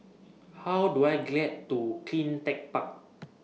How Do I get to CleanTech Park